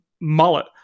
mullet